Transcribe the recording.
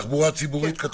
לגבי תחבורה ציבורית,